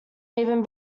even